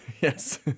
Yes